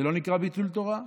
זה לא נקרא ביטול תורה.